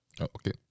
okay